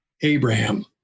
Abraham